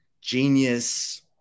genius